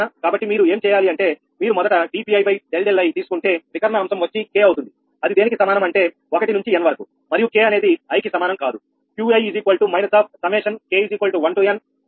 కాబట్టి మీరు ఏం చేయాలంటే మీరు మొదట 𝑑𝑃i ∆𝛿iతీసుకుంటే వికర్ణ అంశం వచ్చి K అవుతుంది అది దేనికి సమానం అంటే 1 నుంచి n వరకు మరియు k అనేది i కి సమానం కాదు